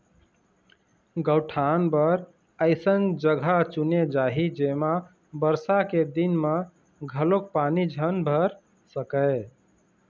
गउठान बर अइसन जघा चुने जाही जेमा बरसा के दिन म घलोक पानी झन भर सकय